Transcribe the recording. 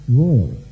royal